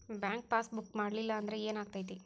Bank passbook ಮಾಡಲಿಲ್ಲ ಅಂದ್ರೆ ಏನ್ ಆಗ್ತೈತಿ?